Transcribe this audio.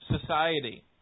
society